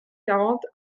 quarante